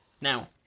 Now